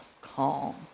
calm